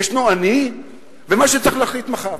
יש אני ומה שצריך להחליט מחר.